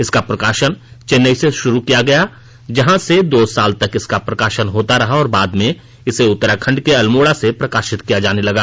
इसका प्रकाशन चेन्नई से शुरू किया गया था जहाँ से दो साल तक इसका प्रकाशन होता रहा और बाद में इसे उततराखंड के अल्मोड़ा से प्रकाशित किया जाने लगा